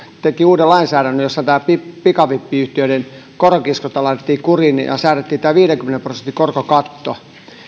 teki uuden lainsäädännön jossa tämä pikavippiyhtiöiden koronkiskonta laitettiin kuriin ja säädettiin tämä viidenkymmenen prosentin korkokatto